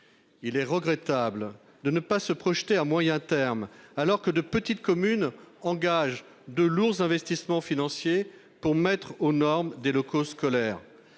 Il est regrettable de ne pas se projeter à moyen terme, alors que de petites communes consentent de lourds investissements financiers pour mettre aux normes des locaux scolaires.